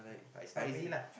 but it's not easy lah